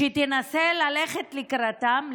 שתנסה ללכת לקראתם,